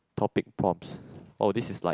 topic prompts oh this is like